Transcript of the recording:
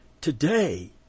today